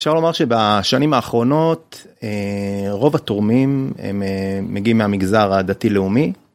אפשר לומר שבשנים האחרונות רוב התורמים הם מגיעים מהמגזר הדתי-לאומי.